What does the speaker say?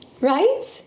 Right